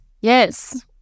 Yes